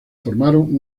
formaron